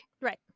right